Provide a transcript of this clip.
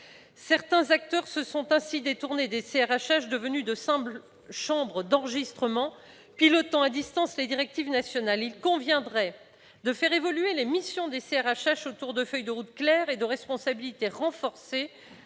Certains acteurs se sont ainsi détournés des CRHH, devenus de simples chambres d'enregistrement pilotant à distance les directives nationales. Il conviendrait de faire évoluer les missions des CRHH autour de feuilles de route claires et de responsabilités renforcées,